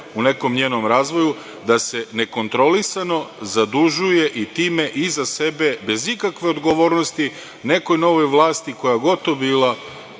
u nekom njenom razvoju, da se nekontrolisano zadužuje i time iza sebe, bez ikakve odgovornosti, nekoj novoj vlasti, koja god to bila,